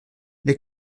les